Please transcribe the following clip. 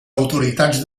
autoritats